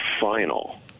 final